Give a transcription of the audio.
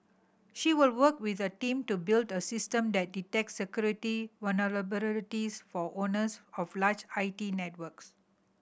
she will work with a team to build a system that detects security vulnerabilities for owners of large I T networks